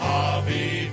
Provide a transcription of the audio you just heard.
Hobby